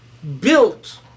built